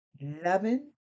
loving